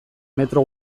metro